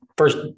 first